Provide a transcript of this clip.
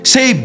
Say